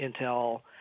Intel